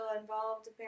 involved